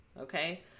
okay